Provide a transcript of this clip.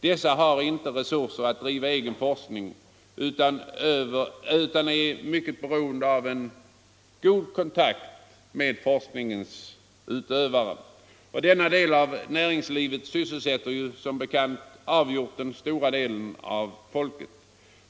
Dessa har inte resurser att driva egen forskning utan är mycket beroende av en god kontakt med forskningens utövare. Denna del av näringslivet sysselsätter som bekant avgjort den stora delen av folket.